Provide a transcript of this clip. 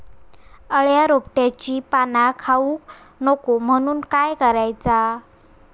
अळ्या रोपट्यांची पाना खाऊक नको म्हणून काय करायचा?